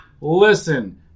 listen